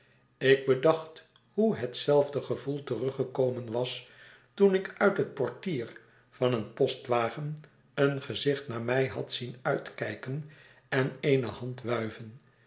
ik bedacht hoe hetzelfde gevoel teruggekomen was toen ik uit het portier van een postwagcn een gezicht naar mij had zien uitkijken en eene hand wuiven